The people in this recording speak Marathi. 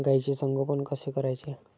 गाईचे संगोपन कसे करायचे?